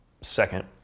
second